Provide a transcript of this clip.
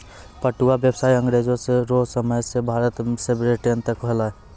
पटुआ व्यसाय अँग्रेजो रो समय से भारत से ब्रिटेन तक होलै